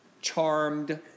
charmed